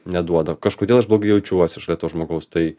neduoda kažkodėl aš blogai jaučiuosi šalia to žmogaus tai